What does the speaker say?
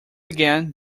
again